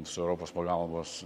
su europos pagalbos